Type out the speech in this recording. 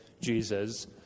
Jesus